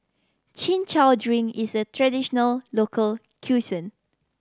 Chin Chow drink is a traditional local